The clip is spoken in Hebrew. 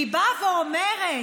היא באה ואומרת: